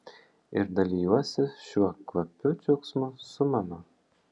ir dalijuosi šiuo kvapiu džiaugsmu su mama